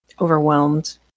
overwhelmed